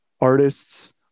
artists